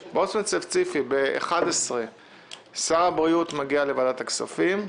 ספציפית ב-11:00 נושא סל הבריאות מגיע לוועדת כספים.